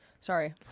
Sorry